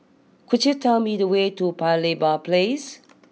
could you tell me the way to Paya Lebar place